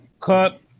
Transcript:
cut